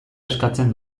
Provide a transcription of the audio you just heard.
eskatzen